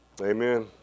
Amen